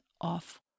off